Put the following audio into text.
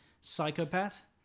psychopath